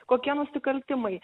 kokie nusikaltimai